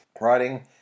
writing